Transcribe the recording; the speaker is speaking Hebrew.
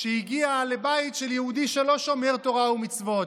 שהגיע לבית יהודי שלא שומר תורה ומצוות.